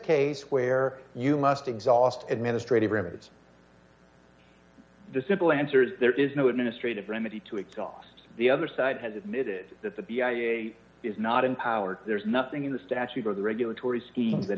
case where you must exhaust administrative remedies the simple answer is there is no administrative remedy to exhaust the other side has admitted that the i a e a is not in power there is nothing in the statute or the regulatory scheme that